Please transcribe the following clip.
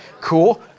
cool